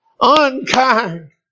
Unkind